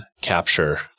capture